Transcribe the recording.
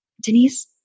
Denise